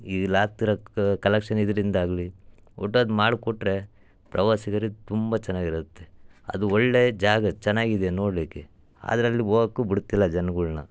ಇಲ್ಲಿ ಆಗ್ತಿರೋ ಕ ಕಲೆಕ್ಷನ್ ಇದರಿಂದ ಆಗಲಿ ಒಟ್ಟು ಅದು ಮಾಡಿಕೊಟ್ರೆ ಪ್ರವಾಸಿಗರಿಗೆ ತುಂಬ ಚೆನ್ನಾಗಿ ಇರುತ್ತೆ ಅದು ಒಳ್ಳೆಯ ಜಾಗ ಚೆನ್ನಾಗಿದೆ ನೋಡಲಿಕ್ಕೆ ಆದ್ರೆ ಅಲ್ಲಿ ಹೋಗೋಕ್ಕೂ ಬಿಡ್ತಿಲ್ಲ ಜನ್ಗಳ್ನ